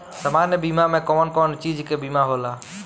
सामान्य बीमा में कवन कवन चीज के बीमा होला?